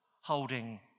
holding